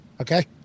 okay